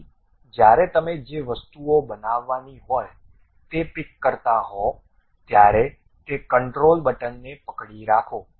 તેથી જ્યારે તમે જે વસ્તુઓ બનાવવાની હોય તે પીક કરતા હોવ ત્યારે તે કંટ્રોલ બટનને પકડી રાખો